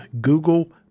Google